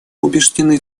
убеждены